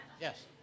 Yes